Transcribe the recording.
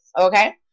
okay